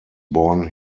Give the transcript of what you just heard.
born